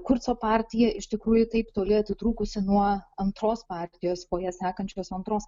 kurco partija iš tikrųjų taip toli atitrūkusi nuo antros partijos po ja sekančios antros